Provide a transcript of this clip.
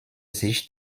sich